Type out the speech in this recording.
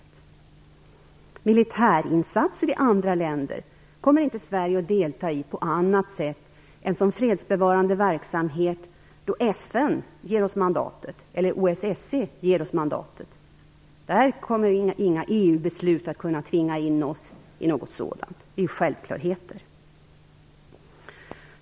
Sverige kommer inte att delta i militärinsatser i andra länder på annat sätt än som fredsbevarande verksamhet då FN eller OSSE ger oss mandatet. Inga EU-beslut kommer att kunna tvinga in oss i något sådant. Det är självklarheter.